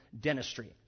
dentistry